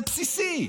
זה בסיסי.